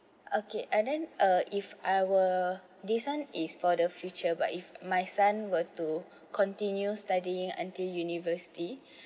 okay and then uh if I were this one is for the future but if my son were to continue studying until university